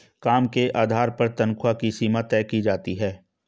काम के आधार पर तन्ख्वाह की सीमा तय की जाती है